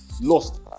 lost